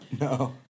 No